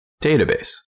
database